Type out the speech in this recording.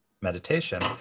meditation